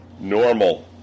normal